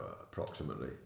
approximately